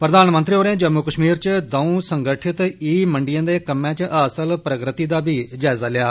प्रधानमंत्री होरें जम्मू कश्मीर च दौं संगठित ई मंडिएं दे कम्मै च हासल प्रगति दा बी जायजा लैता